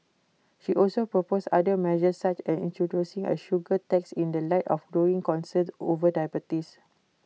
she also proposed other measures such as introducing A sugar tax in the light of growing concerns over diabetes